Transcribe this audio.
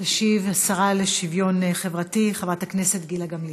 תשיב השרה לשוויון חברתי, חברת הכנסת גילה גמליאל.